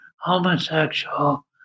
homosexual